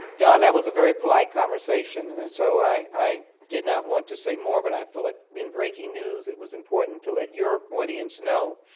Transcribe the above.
john, that was a very polite conversation. and and so i i did not want to say more. but i thought in breaking news it was important to let your audience know.